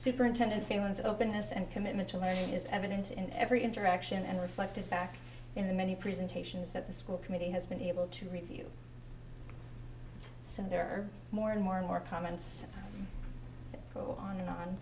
superintendent feelings of openness and commitment to lead is evident in every interaction and reflected back in the many presentations that the school committee has been able to review since there are more and more and more comments go on and on